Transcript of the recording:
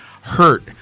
Hurt